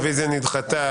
הרביזיה נדחתה.